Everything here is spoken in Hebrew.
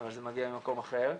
זה מגיע ממקום אחר.